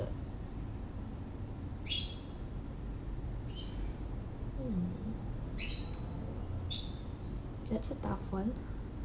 hmm that's a tough [one]